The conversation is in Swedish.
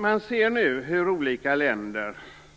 Man ser nu hur olika länder,